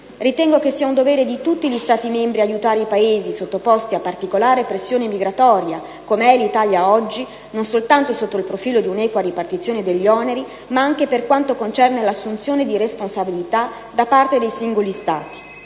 Ritengo sia un dovere di tutti gli Stati membri aiutare i Paesi sottoposti a particolare pressione migratoria, come è l'Italia oggi, non soltanto sotto il profilo di un'equa ripartizione degli oneri ma anche per quanto concerne l'assunzione di responsabilità da parte dei singoli Stati.